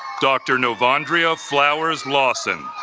dr. novondrea flowers lawson